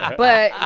ah but,